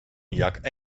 jak